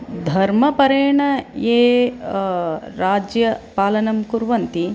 धर्मपरेण ये राज्यपालनं कुर्वन्ति